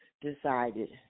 decided